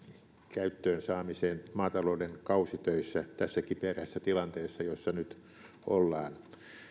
käyttöön saamiseen maatalouden kausitöissä tässä kiperässä tilanteessa jossa nyt ollaan